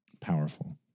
Powerful